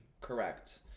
correct